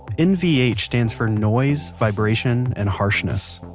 nvh stands for noise, vibration, and harshness.